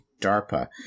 DARPA